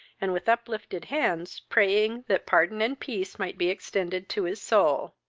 and with uplifted hands praying that pardon and peace might be extended to his soul.